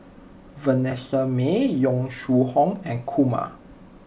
Vanessa Mae Yong Shu Hoong and Kumar